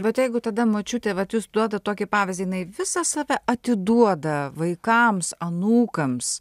vat jeigu tada močiutė vat jūs duodat tokį pavyzdį jinai visą save atiduoda vaikams anūkams